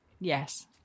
Yes